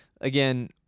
Again